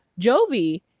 Jovi